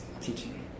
teaching